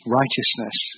righteousness